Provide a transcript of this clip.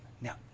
Now